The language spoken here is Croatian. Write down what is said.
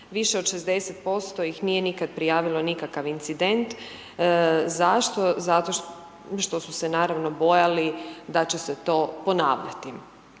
Više od 60% ih nije nikad prijavilo nikakav incident. Zašto? Zašto što su se naravno bojali da će se to ponavljati.